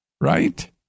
Right